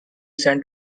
sent